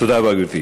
תודה רבה, גברתי.